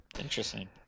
Interesting